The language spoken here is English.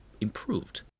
improved